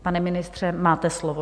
Pane ministře, máte slovo.